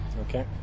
Okay